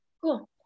cool